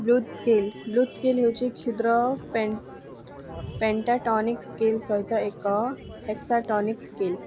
blues scale blues scale ହେଉଛି କ୍ଷୁଦ୍ର pentatonic scale ସହିତ ଏକ ହେକ୍ସାଟୋନିକ୍ ସ୍କେଲ୍